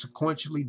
sequentially